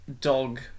dog